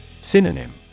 Synonym